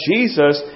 Jesus